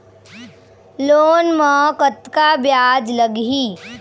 Loan म कतका ब्याज लगही?